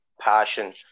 passion